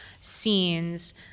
scenes